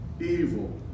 evil